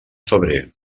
febrer